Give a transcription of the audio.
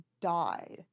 died